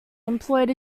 employed